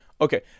Okay